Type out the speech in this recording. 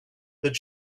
that